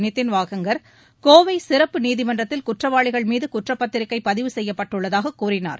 நிதின் வாகங்கர் கோவை சிறப்பு நீதிமன்றத்தில் குற்றவாளிகள்மீது குற்றப்பத்திரிகை பதிவு செய்யப்பட்டுள்ளதாக கூறினார்